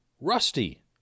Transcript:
rusty